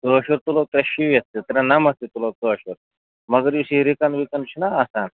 کٲشُر تُلو ترٛےٚ شیٖتھ تہِ ترٛےٚ نَمَتھ تہِ تُلو کٲشُر مگر یُس یہِ رِکَن وِکَن چھُنا آسان